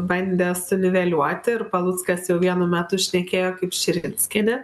bandė suniveliuoti ir paluckas jau vienu metu šnekėjo kaip širinskienė